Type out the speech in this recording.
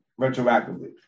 retroactively